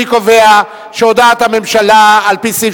אני קובע שהודעת הממשלה על-פי סעיף